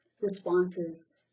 responses